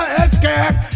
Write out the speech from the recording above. escape